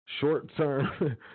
short-term